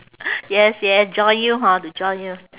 yes yes join you hor to join you